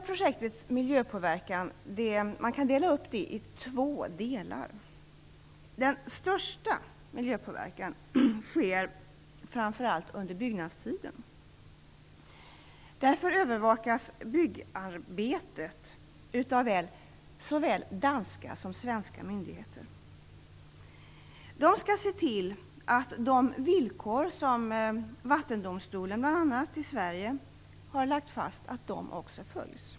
Projektets miljöpåverkan kan delas upp i två delar. Den största miljöpåverkningen sker under byggnadstiden. Därför övervakas byggarbetet av såväl danska som svenska myndigheter. De skall bl.a. se till att de villkor som Vattendomstolen i Sverige har lagt fast följs.